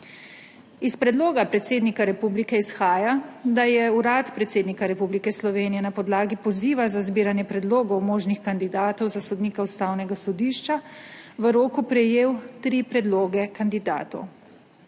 Iz predloga predsednika republike izhaja, da je Urad predsednika Republike Slovenije na podlagi poziva za zbiranje predlogov možnih kandidatov za sodnika Ustavnega sodišča v roku prejel tri predloge kandidatov.